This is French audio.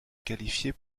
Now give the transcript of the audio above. qualifier